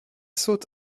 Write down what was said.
saute